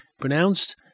pronounced